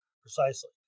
precisely